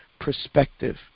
Perspective